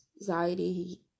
anxiety